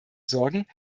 sorgen